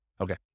Okay